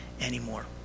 anymore